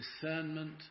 discernment